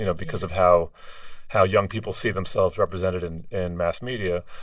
you know because of how how young people see themselves represented in in mass media,